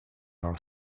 are